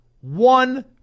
One